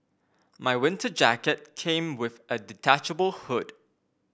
my winter jacket came with a detachable hood